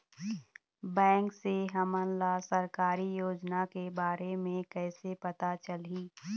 Bank से हमन ला सरकारी योजना के बारे मे कैसे पता चलही?